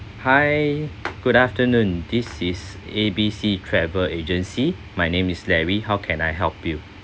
hi good afternoon this is A B C travel agency my name is larry how can I help you